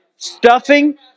Stuffing